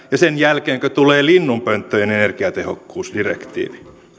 sen jälkeenkö tulee linnunpönttöjen energiatehokkuusdirektiivi